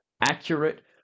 accurate